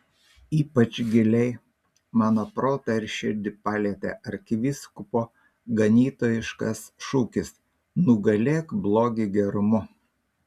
ypač giliai mano protą ir širdį palietė arkivyskupo ganytojiškas šūkis nugalėk blogį gerumu